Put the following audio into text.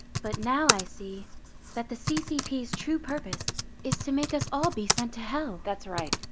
but now i see that the ccp's true purpose is to make us all be sent to hell. that's right.